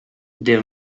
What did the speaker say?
the